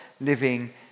living